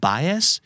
Bias